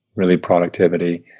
really productivity,